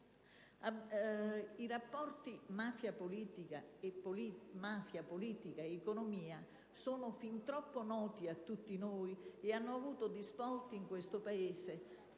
I rapporti tra mafia, politica ed economia sono fin troppo noti a tutti noi e hanno avuto risvolti estremamente